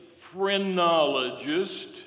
phrenologist